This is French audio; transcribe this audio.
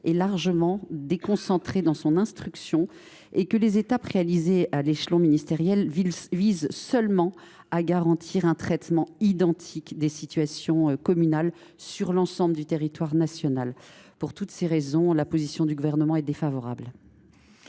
est largement déconcentrée et que la phase d’instruction des demandes à l’échelon ministériel vise seulement à garantir un traitement identique des situations communales sur l’ensemble du territoire national. Pour toutes ces raisons, le Gouvernement est défavorable